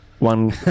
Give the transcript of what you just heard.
One